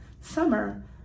Summer